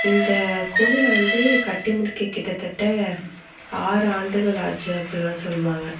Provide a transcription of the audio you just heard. இந்த கோவிலை வந்து கட்டி முடிக்க கிட்டத்தட்ட ஆறு ஆண்டுகள் ஆச்சு அப்பிடில்லாம் சொல்லுவாங்க